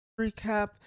recap